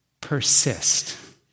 Persist